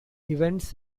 events